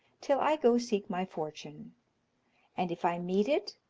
till i go seek my fortune and if i meet it,